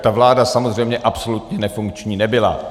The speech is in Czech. Ta vláda samozřejmě absolutně nefunkční nebyla.